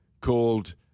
called